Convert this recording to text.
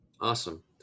Awesome